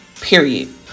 Period